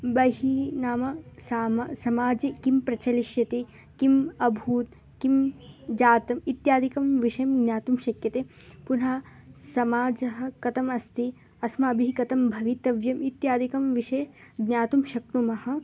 बहिः नाम साम समाजे किं प्रचलिष्यति किम् अभूत् किं जातम् इत्यादिकं विषयं ज्ञातुं शक्यते पुनः समाजः कथमस्ति अस्माभिः कथं भवितव्यम् इत्यादिकं विषये ज्ञातुं शक्नुमः